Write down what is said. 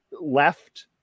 left